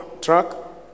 truck